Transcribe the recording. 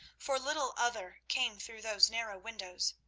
for little other came through those narrow windows.